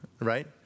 right